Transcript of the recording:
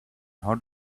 hold